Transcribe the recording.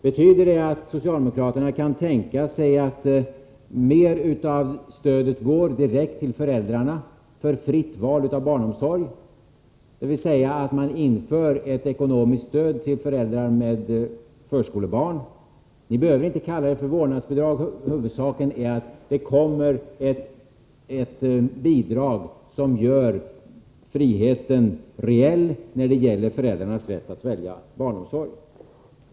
Betyder det att socialdemokraterna kan tänka sig att mer av stödet går direkt till föräldrarna för fritt val av barnomsorg, dvs. att man inför ett ekonomiskt stöd till föräldrar med förskolebarn? Ni behöver inte kalla det vårdnadsbidrag, huvudsaken är att det kommer ett bidrag som gör friheten reell när det gäller föräldrarnas rätt att välja barnomsorg.